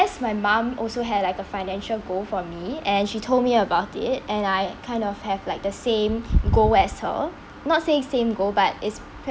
~ess my mum also had like a financial goal for me and she told me about it and I kind of have like the same goal as her not say it's same goal but it's